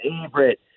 favorite